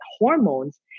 hormones